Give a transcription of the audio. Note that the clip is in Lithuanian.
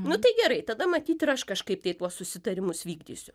nu tai gerai tada matyt ir aš kažkaip tai tuos susitarimus vykdysiu